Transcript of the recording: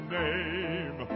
name